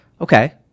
Okay